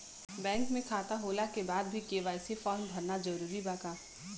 Bank में खाता होला के बाद भी के.वाइ.सी फार्म भरल जरूरी बा का?